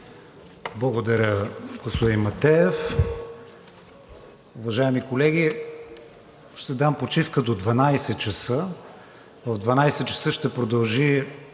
Благодаря, господин Матеев. Уважаеми колеги, ще дам почивка до 12,00 ч. В 12,00 ч. ще продължи